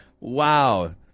Wow